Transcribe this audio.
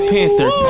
Panther